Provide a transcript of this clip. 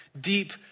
Deep